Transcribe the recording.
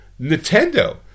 Nintendo